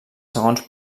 segons